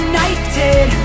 United